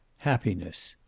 happiness.